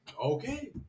okay